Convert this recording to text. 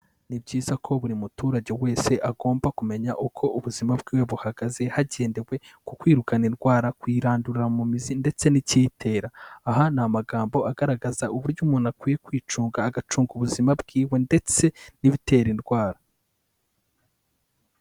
Ni byiza ko buri muturage wese agomba kumenya uko ubuzima bwiwe buhagaze, hagendewe ku kwirukana indwara, kuyirandurira mu mizi ndetse n'icyitera, aha ni amagambo agaragaza uburyo umuntu akwiye kwicunga, agacunga ubuzima bwiwe ndetse n'ibitera indwara.